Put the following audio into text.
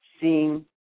seeing